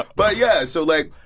but yeah. so, like,